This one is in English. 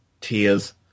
tears